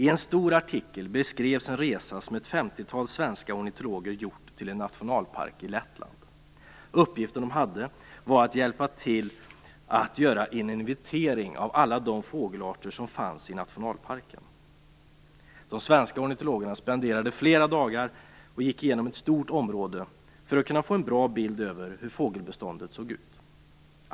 I en stor artikel beskrevs en resa som ett femtiotal svenska ornitologer gjort till en nationalpark i Lettland. Uppgiften de hade var att hjälpa till att göra en inventering av alla de fågelarter som fanns i nationalparken. De svenska ornitologerna spenderade flera dagar där och gick igenom ett stort område för att kunna få en bra bild över hur fågelbeståndet såg ut.